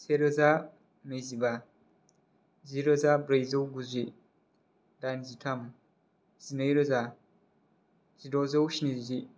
से रोजा नैजिबा जि रोजा ब्रैजौ गुजि दाइनजि थाम जिनै रोजा जिद'जौ स्निजि